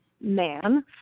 man